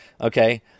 okay